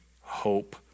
hope